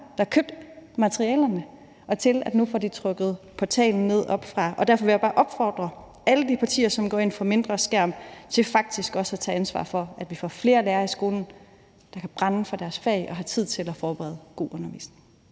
der købte materialerne, så får de nu oppefra trukket portalen ned over hovedet. Derfor vil jeg bare opfordre alle de partier, som går ind for, at der skal bruges mindre skærm, til faktisk også at tage ansvar for, at vi får flere lærere i skolen, der kan brænde for deres fag og har tid til at forberede god undervisning.